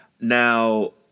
Now